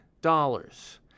dollars